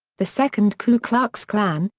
the second ku klux klan,